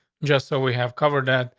just so we have covered that.